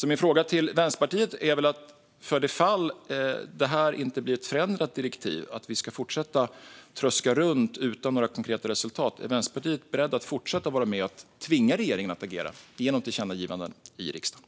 Min fråga till Vänsterpartiet är: Om detta inte blir ett förändrat direktiv och om vi ska fortsätta att tröska runt utan några konkreta resultat, är Vänsterpartiet då berett att fortsätta vara med och tvinga regeringen att agera genom tillkännagivanden i riksdagen?